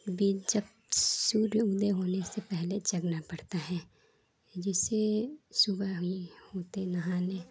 बि जब सूर्य उदय होने से पहले जगना पड़ता है जैसे सुबह हम होते नहाने